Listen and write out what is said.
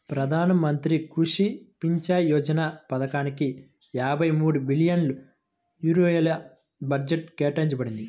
ప్రధాన మంత్రి కృషి సించాయ్ యోజన పథకానిక యాభై మూడు బిలియన్ యూరోల బడ్జెట్ కేటాయించబడింది